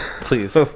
please